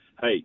hey